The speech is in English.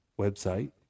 website